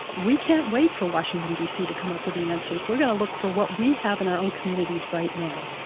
we can't wait for washington, d c. to come up with the answers we're going to look for what we have in our own communities right now.